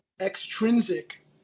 extrinsic